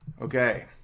Okay